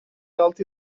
altı